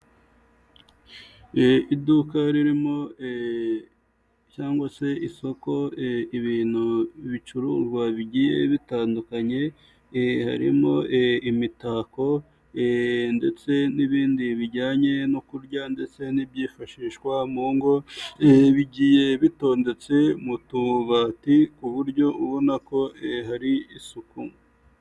Iduka ririmo cyangwa se isoko ibintu bicuruzwa bigiye bitandukanye harimo imitako ndetse n'ibindi bijyanye no kurya ndetse n'ibyifashishwa mu ngo. Bigiye bitondetse mu tubati ku buryo ubona ko hari isuku.